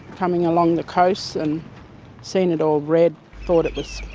coming along the coast and seen it all red thought it was,